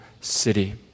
city